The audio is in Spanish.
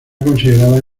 considerada